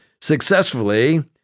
successfully